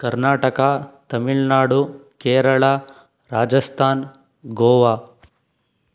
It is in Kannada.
ಕರ್ನಾಟಕ ತಮಿಳ್ ನಾಡು ಕೇರಳ ರಾಜಸ್ಥಾನ್ ಗೋವಾ